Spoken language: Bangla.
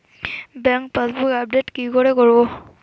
ব্যাংক পাসবুক আপডেট কি করে করবো?